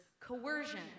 coercion